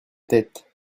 têtes